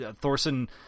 Thorson